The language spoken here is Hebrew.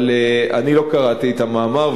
אבל אני לא קראתי את המאמר,